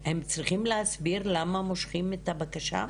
הם צריכים להסביר למה מושכים את הבקשה?